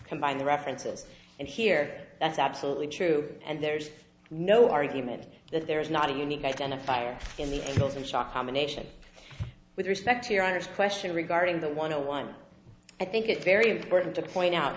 combine the references and here that's absolutely true and there's no argument that there is not a unique identifier in the hills in shock combination with respect to your honor's question regarding the one to one i think it's very important to point out